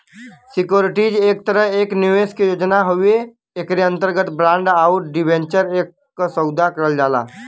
securities एक तरह एक निवेश के योजना हउवे एकरे अंतर्गत बांड आउर डिबेंचर क सौदा करल जाला